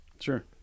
sure